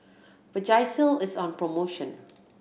vagisil is on promotion